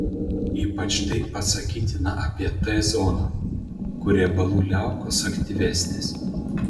ypač tai pasakytina apie t zoną kur riebalų liaukos aktyvesnės